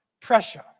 Pressure